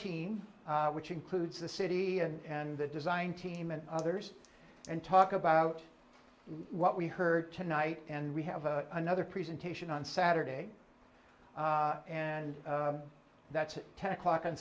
team which includes the city and the design team and others and talk about what we heard tonight and we have a another presentation on saturday and that's ten o'clock on